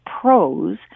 pros